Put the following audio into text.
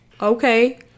Okay